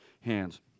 hands